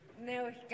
No